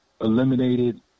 eliminated